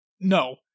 No